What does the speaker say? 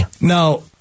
Now